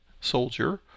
soldier